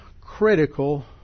critical